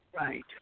Right